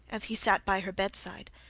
as he sat by her bedside,